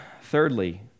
Thirdly